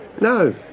No